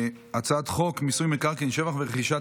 ההצעה להעביר את הצעת חוק מיסוי מקרקעין (שבח ורכישה)